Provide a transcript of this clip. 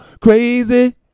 Crazy